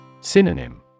Synonym